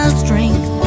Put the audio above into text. strength